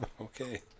okay